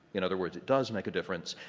in other words, it does make a difference,